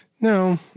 No